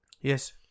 Yes